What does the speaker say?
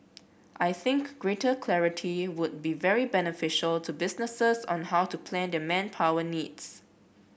I think greater clarity would be very beneficial to businesses on how to plan their manpower needs